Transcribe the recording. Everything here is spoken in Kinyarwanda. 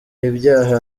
ibyaha